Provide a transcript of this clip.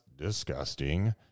disgusting